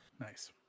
Nice